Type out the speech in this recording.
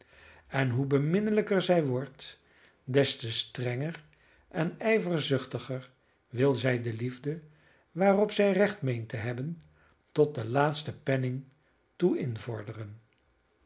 en hoe beminnelijker zij wordt des te strenger en ijverzuchtiger wil zij de liefde waarop zij recht meent te hebben tot den laatsten penning toe invorderen